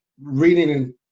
reading